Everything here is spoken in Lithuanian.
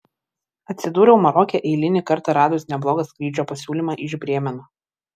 atsidūriau maroke eilinį kartą radus neblogą skrydžio pasiūlymą iš brėmeno